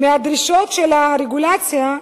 מהדרישות של הרגולציה,